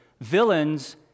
villains